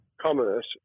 commerce